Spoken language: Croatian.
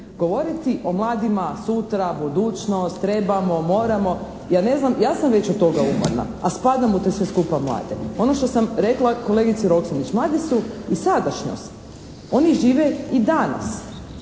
Govoriti o mladima, sutra, budućnost, trebamo, moramo, ja ne znam, ja sam već od toga umorna, a spadam u te sve skupa mlade. Ono što sam rekla kolegici Roksandić, mladi su i sadašnjost. Oni žive i danas.